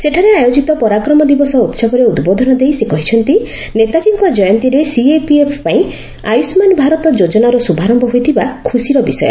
ସେଠାରେ ଆୟୋଜିତ ପରାକ୍ରମ ଦିବସ ଉତ୍ବୋଧନ ଦେଇ ସେ କହିଛନ୍ତି ନେତାଜୀଙ୍କ ଜୟନ୍ତୀରେ ସିଏପିଏଫ୍ ପାଇଁ ଆୟୁଷ୍ମାନ୍ ଭାରତ ଯୋଜନାର ଶୁଭାରୟ ହୋଇଥିବା ଖୁସିର ବିଷୟ